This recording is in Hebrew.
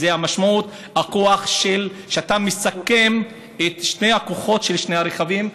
המשמעות היא שאתה מסכם את שני הכוחות של שני הרכבים,